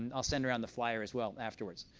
and i'll send around the flier as well afterwards.